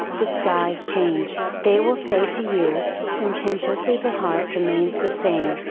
the skies change, they will say to you, sententiously the heart remains the same,